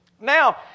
Now